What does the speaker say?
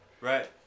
Right